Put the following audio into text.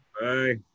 Bye